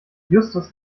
justus